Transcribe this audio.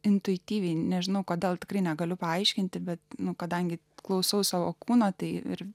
intuityviai nežinau kodėl tikrai negaliu paaiškinti bet kadangi klausau savo kūno tai ir